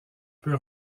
peut